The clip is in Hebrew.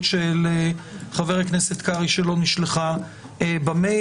של חבר הכנסת קרעי שלא נשלחה במייל.